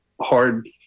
hard